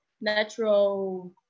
natural